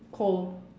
cold